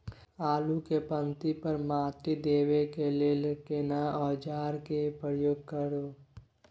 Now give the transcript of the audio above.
आलू के पाँति पर माटी देबै के लिए केना औजार के प्रयोग करू?